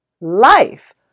life